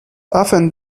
often